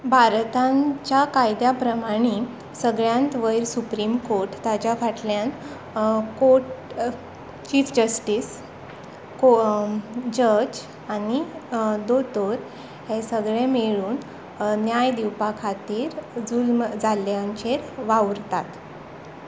भारतान ज्या कायद्या प्रमाणे सगळ्यांत वयर सुप्रीम कोर्ट ताज्या फाटल्यान कोर्ट चीफ जस्टीस को जज आनी दोतोर हे सगळे मेळून न्याय दिवपा खातीर जुल्म जाल्ल्यांचेर वावुरतात